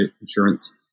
insurance